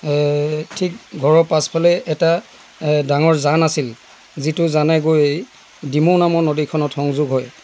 ঠিক ঘৰৰ পাছফালে এটা ডাঙৰ জান আছিল যিটো জানে গৈ ডিমৌ নামৰ নদীখনত সংযোগ হয়